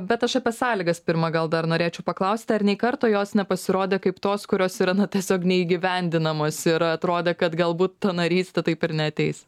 bet aš apie sąlygas pirma gal dar norėčiau paklausti ar nei karto jos nepasirodė kaip tos kurios yra na tiesiog neįgyvendinamos ir atrodė kad galbūt ta narystė taip ir neateis